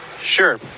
Sure